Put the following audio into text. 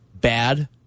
bad